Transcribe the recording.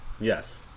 yes